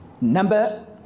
Number